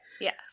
Yes